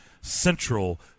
Central